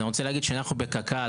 אנחנו בקק"ל,